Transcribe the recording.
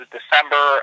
December